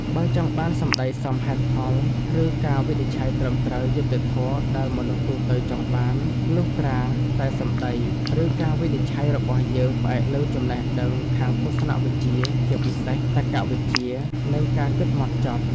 បើចង់បានសម្ដីសមហេតុផលឬការវិនិច្ឆ័យត្រឹមត្រូវ យុត្តិធម៌ដែលមនុស្សទូទៅចង់បាន លុះត្រាតែសម្ដី ឬការវិនិច្ឆ័យរបស់យើងផ្អែកលើចំណេះដឹងខាងទស្សនវិជ្ជា ជាពិសេស តក្កវិជ្ជា និងការគិតហ្មត់ចត់។